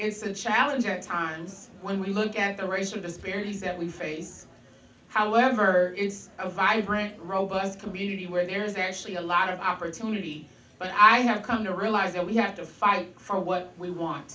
is a challenge at times when we look at the racial disparities that we face however is a vibrant robust community where there's actually a lot of opportunity but i have come to realize that we have to fight for what we want